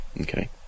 okay